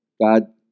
God